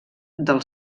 del